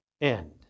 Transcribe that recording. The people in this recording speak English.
end